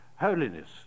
holiness